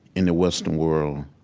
in the western world,